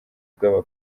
bw’aba